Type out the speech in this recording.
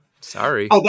Sorry